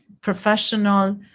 professional